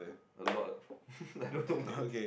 a lot ah I don't know man